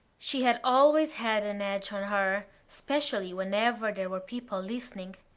she had always had an edge on her, especially whenever there were people listening.